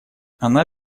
она